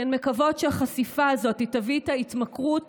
כי הן מקוות שהחשיפה הזאת תביא איתה התמכרות